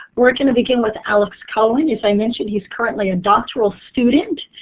we're going to begin with alex cohen. as i mentioned, he's currently a doctoral student.